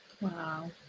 Wow